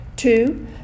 Two